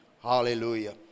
Hallelujah